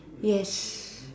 yes